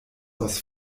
aus